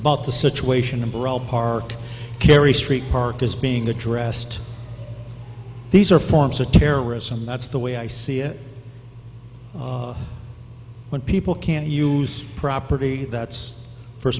about the situation and burrell park carey street park is being addressed these are forms of terrorism that's the way i see it when people can't use property that's for